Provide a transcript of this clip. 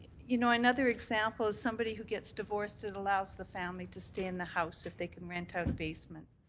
you know another example is somebody who gets divorced, it allows the family to stay in the house if they can rent out the basement.